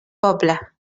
poble